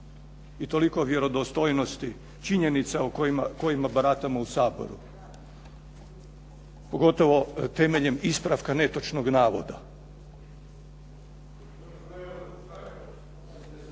i toliko vjerodostojnosti činjenica kojima baratamo u Saboru. Pogotovo temeljem ispravka netočnog navoda. …